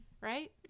right